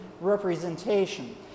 representation